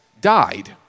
died